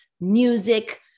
music